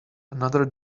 another